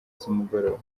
z’umugoroba